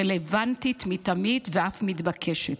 רלוונטית מתמיד ואף מתבקשת.